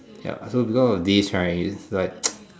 ya so because of this right is like